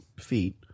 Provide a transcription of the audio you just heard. feet